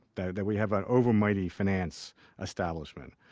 that that we have an over-mighty finance establishment.